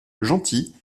gentil